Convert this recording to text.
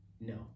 No